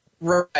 Right